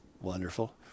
wonderful